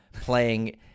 playing